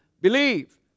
believe